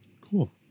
Cool